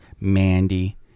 Mandy